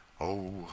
Oh